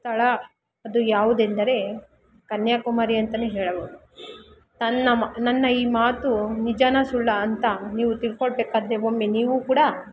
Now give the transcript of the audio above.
ಸ್ಥಳ ಅದು ಯಾವುದೆಂದರೆ ಕನ್ಯಾಕುಮಾರಿ ಅಂತ ಹೇಳಬೋದು ತನ್ನ ಮ ನನ್ನ ಈ ಮಾತು ನಿಜನಾ ಸುಳ್ಳ ಅಂತ ನೀವು ತಿಳ್ಕೊಳ್ಬೇಕಾದರೆ ಒಮ್ಮೆ ನೀವೂ ಕೂಡ